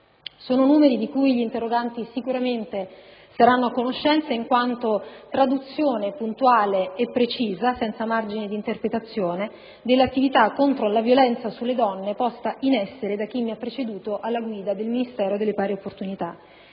di numeri di cui gli interroganti sicuramente saranno a conoscenza, in quanto traduzione puntuale e precisa, senza margini di interpretazione, dell'attività contro la violenza sulle donne posta in essere da chi mi ha preceduto alla guida del Ministero delle pari opportunità.